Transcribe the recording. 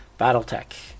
Battletech